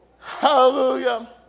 Hallelujah